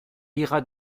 iras